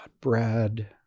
Brad